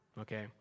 okay